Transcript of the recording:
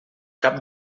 cap